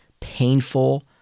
painful